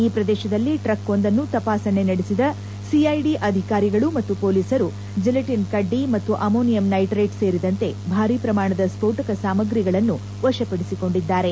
ಈ ಪ್ರದೇಶದಲ್ಲಿ ಟ್ರಿಕ್ ಒಂದನ್ನು ತಪಾಸಣೆ ನಡೆಸಿದ ಸಿಐಡಿ ಅಧಿಕಾರಿಗಳು ಮತ್ತು ಪೊಲೀಸರು ಜಿಲೆಟಿನ್ ಕಡ್ಡಿ ಮತ್ತು ಅಮೋನಿಯಂ ನೈಟ್ರೆಟ್ ಸೇರಿದಂತೆ ಭಾರಿ ಪ್ರಮಾಣದ ಸ್ಫೋಟಕ ಸಾಮಗ್ರಿಗಳನ್ನು ವಶಪಡಿಸಿಕೊಂಡಿದ್ದಾರೆ